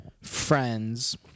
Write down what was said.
friends